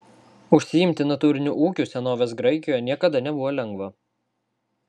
užsiimti natūriniu ūkiu senovės graikijoje niekada nebuvo lengva